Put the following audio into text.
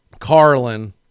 Carlin